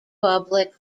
public